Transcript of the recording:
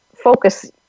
focus